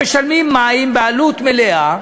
הם משלמים מים בעלות מלאה,